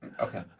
Okay